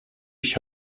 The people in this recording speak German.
ich